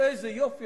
איזה יופי,